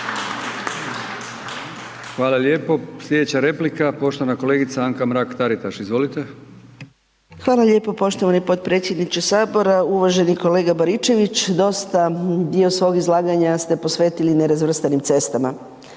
Hvala lijepo. Slijedeća replika poštovana kolegica Anka Mrak Taritaš. Izvolite. **Mrak-Taritaš, Anka (GLAS)** Hvala lijepa poštovani potpredsjedniče sabora. Uvaženi kolega Baričević dosta dio svog izlaganja ste posvetili nerazvrstanim cestama.